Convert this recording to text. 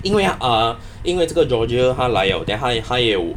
因为他 uh 因为这个 georgia 他来 liao 他他他也有